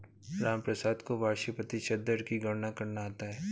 रामप्रसाद को वार्षिक प्रतिशत दर की गणना करना आता है